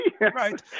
Right